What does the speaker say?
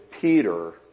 Peter